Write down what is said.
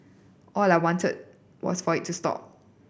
all I wanted was for it to stop